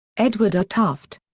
edward r. tufte.